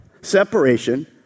Separation